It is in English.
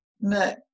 no